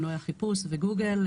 למנועי החיפוש בגוגל,